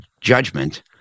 judgment